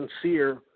sincere